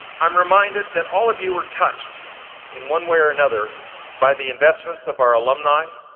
i'm reminded that all of you were touched in one way or another by the investments of our alumni,